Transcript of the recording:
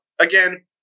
again